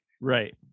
Right